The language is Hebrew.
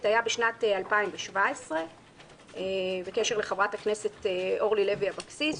היה בשנת 2017 בקשר לחברת הכנסת אורלי לוי אבקסיס,